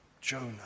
Jonah